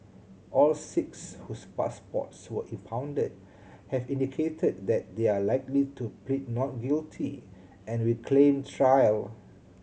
all six whose passports were impounded have indicated that they are likely to plead not guilty and will claim trial